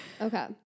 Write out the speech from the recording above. okay